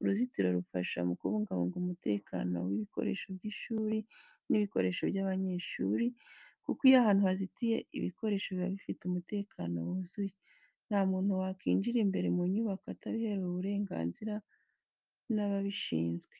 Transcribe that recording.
Uruzitiro rufasha mu kubungabunga umutekano w'ibikoresho by'ishuri n'ibikoresho by'abanyeshuri, kuko iyo ahantu hazitiye, ibikoresho biba bifite umutekano wuzuye. Nta muntu wakinjira imbere mu nyubako atabiherewe uburenganzira n'ababishizwe.